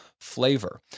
flavor